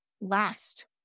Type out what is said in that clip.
last